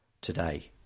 today